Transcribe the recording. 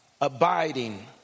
abiding